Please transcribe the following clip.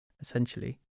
essentially